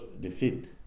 defeat